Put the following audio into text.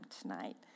tonight